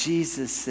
Jesus